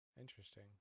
Interesting